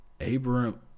Abraham